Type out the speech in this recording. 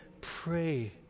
pray